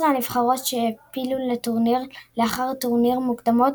נבחרות העפילו לטורניר לאחר טורניר מוקדמות,